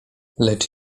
lecz